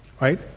Right